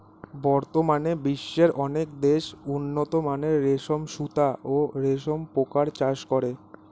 বর্তমানে বিশ্বের অনেক দেশ উন্নতমানের রেশম সুতা ও রেশম পোকার চাষ করে